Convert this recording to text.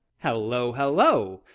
hello! hello!